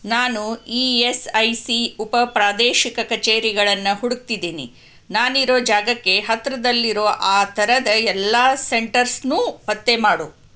ನಾನು E S I C ಉಪಪ್ರಾದೇಶಿಕ ಕಚೇರಿಗಳನ್ನು ಹುಡುಕ್ತಿದ್ದೀನಿ ನಾನಿರೋ ಜಾಗಕ್ಕೆ ಹತ್ತಿರದಲ್ಲಿರೋ ಆ ಥರದ ಎಲ್ಲ ಸೆಂಟರ್ಸನ್ನೂ ಪತ್ತೆ ಮಾಡು